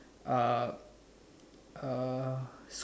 uh uh